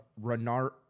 Renard